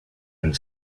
and